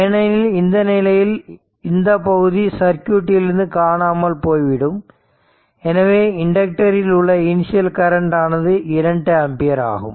ஏனெனில் இந்த நிலையில் இந்தப் பகுதி சர்க்யூட்டில் இருந்து காணாமல் போய்விடும் எனவே இண்டக்டர் இல் உள்ள இனிஷியல் கரண்ட் ஆனது 2 ஆம்பியர் ஆகும்